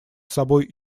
собой